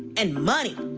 and money.